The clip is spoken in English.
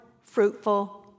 fruitful